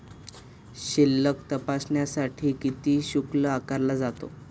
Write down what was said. शिल्लक तपासण्यासाठी किती शुल्क आकारला जातो?